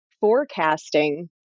forecasting